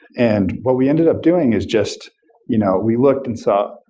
and what we ended up doing is just you know we looked and saw,